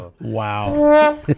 Wow